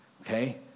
okay